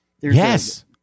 Yes